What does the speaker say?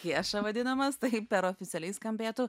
kieša vadinamas tai per oficialiai skambėtų